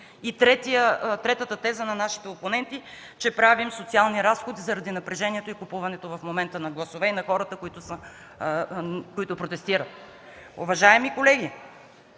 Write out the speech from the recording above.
Третата теза на нашите опоненти – правим социални разходи заради напрежението и купуването в момента на гласове и на хората, които протестират. Уважаеми колеги,